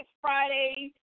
Friday